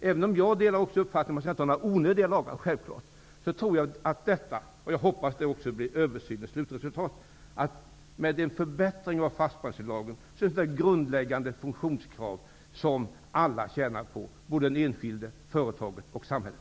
Även om jag självfallet delar uppfattningen att man inte skall ha några onödiga lagar så tror och hoppas jag att det slutliga resultatet av en förbättrad fastbränslelag med grundläggande funktionskrav blir något som alla kommer att tjäna på, såväl den enskilde, företaget som samhället.